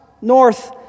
north